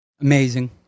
Amazing